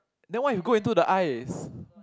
that what if you go into the eyes